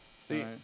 See